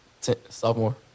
sophomore